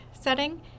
setting